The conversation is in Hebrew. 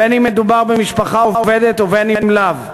בין אם מדובר במשפחה עובדת ובין אם לאו.